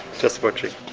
just watching.